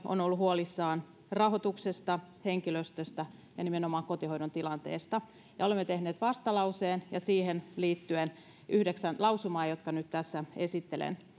on ollut huolissaan rahoituksesta henkilöstöstä ja nimenomaan kotihoidon tilanteesta ja olemme tehneet vastalauseen ja siihen liittyen yhdeksän lausumaa jotka nyt tässä esittelen